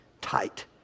tight